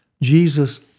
Jesus